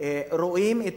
רואים את